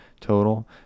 total